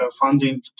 funding